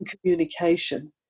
communication